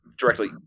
directly